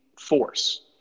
force